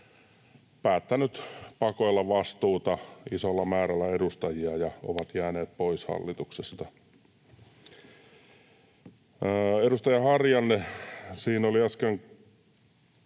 päättänyt pakoilla vastuuta isolla määrällä edustajia ja on jäänyt pois hallituksesta. Edustaja Harjanne äsken